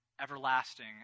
everlasting